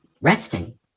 resting